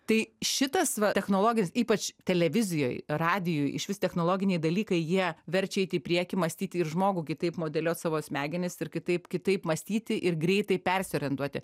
tai šitas va technologijos ypač televizijoj radijuj išvis technologiniai dalykai jie verčia eiti į priekį mąstyti ir žmogų kitaip modeliuot savo smegenis ir kitaip kitaip mąstyti ir greitai persiorientuoti